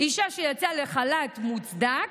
שאישה שיצאה לחל"ת מוצדק,